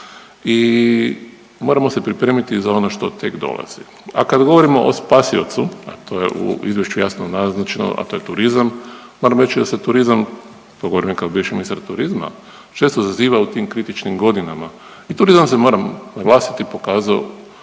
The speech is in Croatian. I moramo se pripremiti za ono što tek dolazi, a kad govorimo o spasiocu, a to je u izvješću jasno naznačeno, a to je turizam, moram reći da se turizam, to govorim i kao bivši ministar turizma često zaziva u tim kritičnim godinama. I turizam se moram naglasiti pokazao